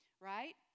Right